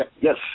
Yes